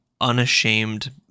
unashamed